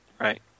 right